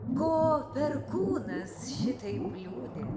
ko perkūnas šitaip liūdi